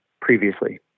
previously